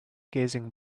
gazing